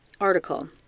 article